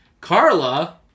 Carla